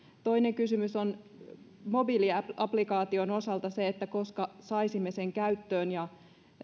toinen kysymys mobiiliaplikaation osalta on se että koska saisimme sen käyttöön ja